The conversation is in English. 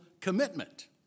commitment